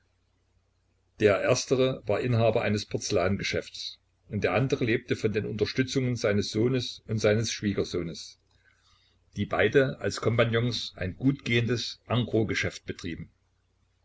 der erstere war inhaber eines porzellangeschäfts und der andere lebte von den unterstützungen seines sohnes und seines schwiegersohnes die beide als kompagnons ein gutgehendes engrosgeschäft betrieben